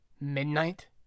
midnight